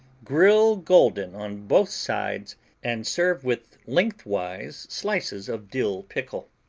grill golden on both sides and serve with lengthwise slices of dill pickle.